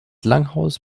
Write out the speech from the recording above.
langhaus